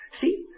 See